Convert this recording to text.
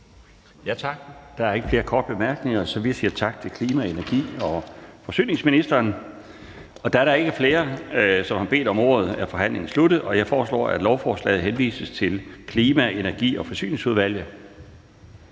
Tak. Der er ikke flere korte bemærkninger. Så vi siger tak til klima-, energi- og forsyningsministeren. Da der ikke er flere, der har bedt om ordet, er forhandlingen afsluttet. Jeg foreslår, at lovforslaget henvises til Klima-, Energi- og Forsyningsudvalget.